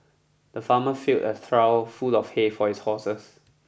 the farmer filled a trough full of hay for his horses